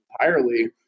entirely